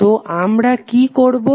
তো আমরা কি করবো